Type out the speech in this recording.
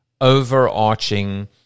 overarching